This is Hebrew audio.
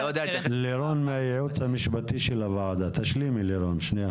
אני לא יודע להתייחס לזה --- שנייה יגאל,